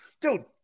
Dude